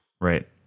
Right